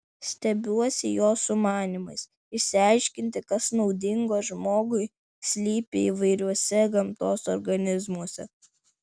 stebiuosi jo sumanymais išsiaiškinti kas naudingo žmogui slypi įvairiausiuose gamtos organizmuose